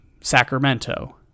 Sacramento